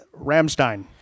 Ramstein